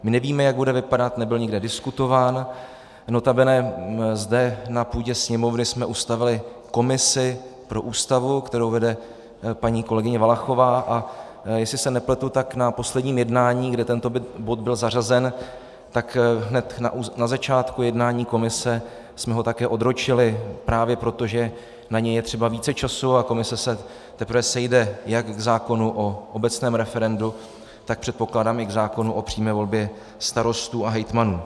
My nevíme, jak bude vypadat, nebyl nikde diskutován, notabene zde na půdě Sněmovny jsme ustavili komisi pro Ústavu, kterou vede paní kolegyně Valachová, a jestli se nepletu, tak na posledním jednání, kde tento bod byl zařazen, tak hned na začátku jednání komise jsme ho také odročili právě proto, že na něj je třeba více času, a komise se teprve sejde jak k zákonu o obecném referendu, tak, předpokládám, i k zákonu o přímé volbě starostů a hejtmanů.